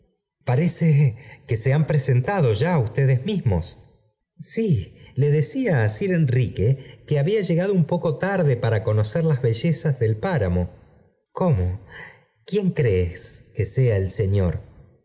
parece que se han presentado ya ustedes mismoa sí le decía á sir enrique que había llegado i r ho i w un poco tarde para conocer las bellezas del pátamo cómo quién crees que sea el señor